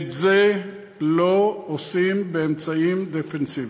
את זה לא עושים באמצעים דפנסיביים".